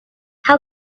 how